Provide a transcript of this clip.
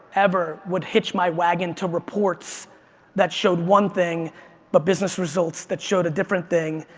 ever would hitch my wagon to reports that showed one thing but business results that showed a different thing.